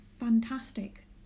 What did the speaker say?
fantastic